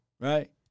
right